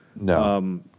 No